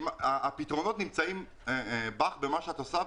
הפתרונות נמצאים אצלך ובמה שאת עושה.